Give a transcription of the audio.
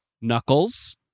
Knuckles